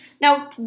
Now